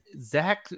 Zach